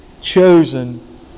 chosen